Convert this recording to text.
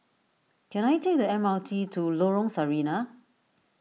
can I take the M R T to Lorong Sarina